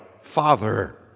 Father